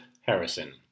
Harrison